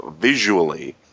visually